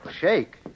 Shake